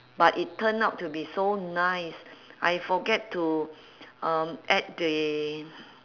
but it turn out to be so nice I forget to uh add the